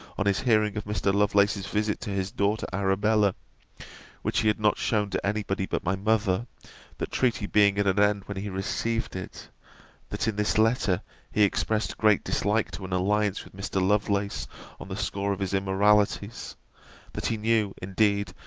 on his hearing of mr. lovelace's visits to his daughter arabella which he had not shewn to any body but my mother that treaty being at an end when he received it that in this letter he expressed great dislike to an alliance with mr. lovelace on the score of his immoralities that he knew, indeed,